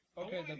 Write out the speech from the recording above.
okay